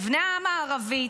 לבני העם הערבי,